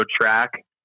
track